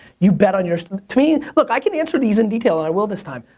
you bet on yourself. to me, look, i can answer these in detail, and i will this time.